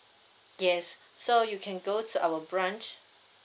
yes so you can go to our branch